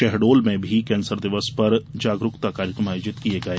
शहडोल में भी कैंसर दिवस पर जागरुकता कार्यक्रम आयोजित किये गये